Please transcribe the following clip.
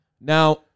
now